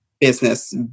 business